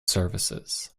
services